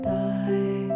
die